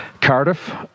Cardiff